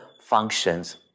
functions